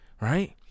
Right